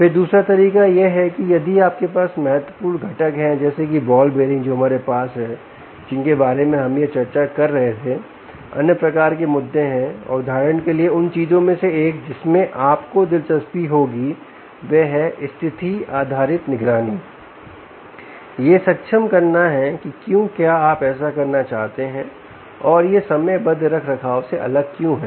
फिर दूसरा तरीका यह है कि यदि आपके पास महत्वपूर्ण घटक हैं जैसे कि बॉल बीयरिंग जो हमारे पास है जिनके बारे में हम यहां चर्चा कर रहे थे अन्य प्रकार के मुद्दे हैं और उदाहरण के लिए उन चीज़ों में से एक जिसमें आपको दिलचस्पी होगी वह है स्थिति आधारित निगरानी यह सक्षम करना है कि क्यों क्या आप ऐसा करना चाहते हैं और यह समयबद्ध रखरखाव से अलग क्यों है